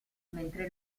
mentre